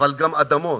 אבל גם אדמות.